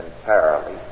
entirely